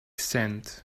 cent